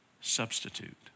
substitute